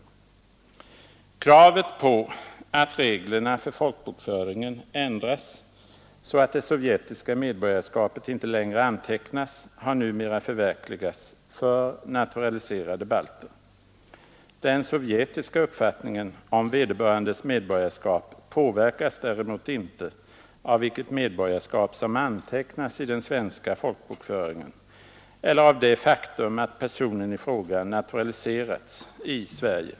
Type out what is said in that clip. Kravet på att reglerna för folkbokföringen ändras så att det sovjetiska medborgarskapet inte längre antecknas har numera tillgodosetts för naturaliserade balter. Den sovjetiska uppfattningen om vederbörandes medborgarskap påverkas däremot inte av vilket medborgarskap som antecknas i den svenska folkbokföringen eller av det faktum att personen i fråga naturaliserats i Sverige.